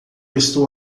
estou